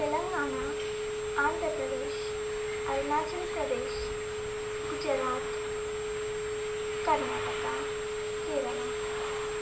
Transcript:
Telangana Andhra Pradesh Arunachal Pradesh Gujarat Karnataka Kerala